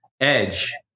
Edge